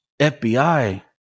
FBI